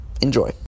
Enjoy